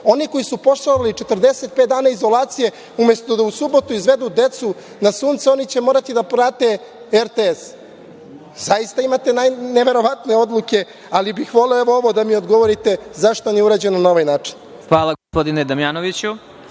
Oni koji su poštovali 45 dana izolacije, umesto da u subotu izvedu decu na Sunce, oni će morati da prate RTS. Zaista imate neverovatne odluke, ali bih voleo ovo da mi odgovorite zašto nije urađeno na ovaj način? **Vladimir Marinković**